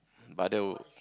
but that would